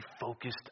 focused